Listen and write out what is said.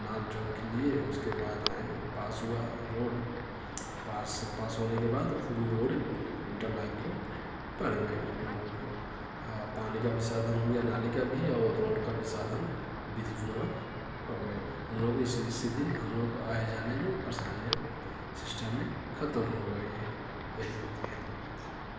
नाप जोख लिए उसके बाद आएं पास हुआ रोड पास पास होने के बाद फिर ये रोड इन्टरलॉकिंग बन गई हम लोगों की पानी का भी साधन हो गया नाली का भी और रोड का भी साधन विधिपूर्वक हो गया हम लोग इसी इसी दिन हम लोग आए जाने में परेशानियाँ शिष्टा में खत्म हो गई हैं यही प्रक्रिया हम लोगों की थी